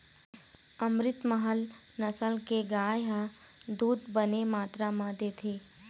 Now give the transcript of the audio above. अमरितमहल नसल के गाय ह दूद बने मातरा म देथे